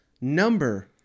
number